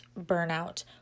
burnout